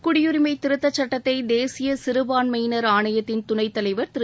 குடியுரிமை திருத்தச் சட்டத்தை தேசிய சிறுபான்மையினர் ஆணையத்தின் துணைத்தலைவர் திரு